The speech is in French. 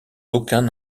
aucun